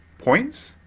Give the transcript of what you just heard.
points,